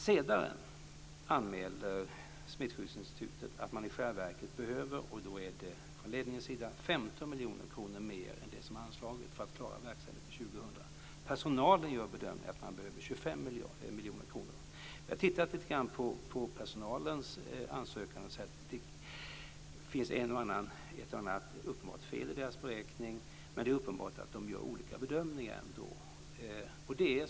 Senare anmälde Smittskyddsinstitutet - från ledningens sida - att man i själva verket behöver 15 miljoner kronor mer än det som anslagits för att klara verksamheten under år 2000. Personalen gör bedömningen att det behövs 25 miljoner kronor. Vi har tittat lite grann på personalens ansökan. Det finns ett och annat uppenbart fel i beräkningen men det är tydligt att olika bedömningar görs.